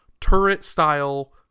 turret-style